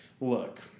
Look